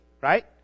Right